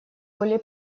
более